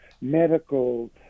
medical